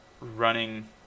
running